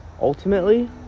Ultimately